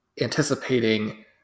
anticipating